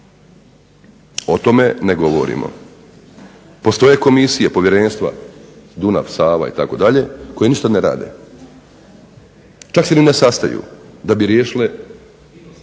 O tome ne govorimo. Postoje komisije, povjerenstva Dunav-Sava itd. koje ništa ne rade. Čak se i ne sastaju da bi riješile